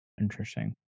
Interesting